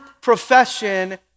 profession